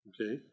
Okay